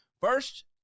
First